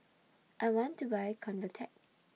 I want to Buy Convatec